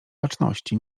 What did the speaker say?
baczności